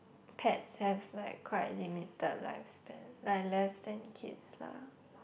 pets have like quite a limited lifespan like less than kids lah